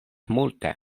multe